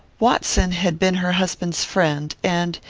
watson had been her husband's friend, and,